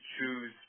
choose